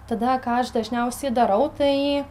tada ką aš dažniausiai darau tai